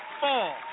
fall